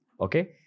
Okay